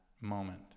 moment